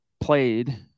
played